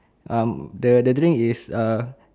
um the the drink is uh